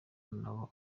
n’abo